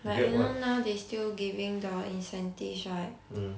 regret what mm